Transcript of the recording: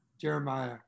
Jeremiah